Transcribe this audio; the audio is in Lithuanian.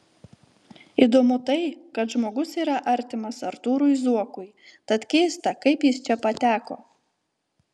įdomu tai kad žmogus yra artimas artūrui zuokui tad keista kaip jis čia pateko